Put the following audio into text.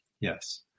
Yes